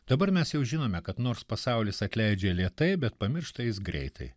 dabar mes jau žinome kad nors pasaulis atleidžia lėtai bet pamiršta jis greitai